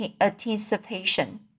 anticipation